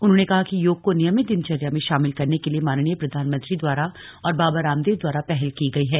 उन्होंने कहा कि योग को नियमित दिनचर्या में शामिल करने के लिए माननीय प्रधानमंत्री द्वारा और बाबा रामदेव द्वारा पहल की गई है